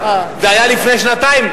זה היה לפני שנתיים,